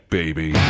baby